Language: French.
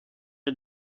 est